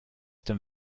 dem